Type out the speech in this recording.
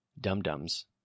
dum-dums